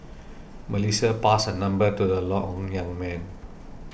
Melissa passed her number to the long young man